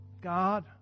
God